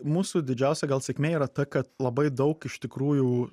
mūsų didžiausia gal sėkmė yra ta kad labai daug iš tikrųjų